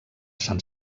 sant